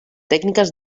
tècniques